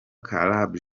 caleb